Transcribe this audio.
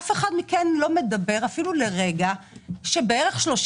אף אחד מכם לא מדבר אפילו לרגע על כך שבערך 30